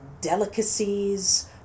delicacies